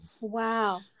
Wow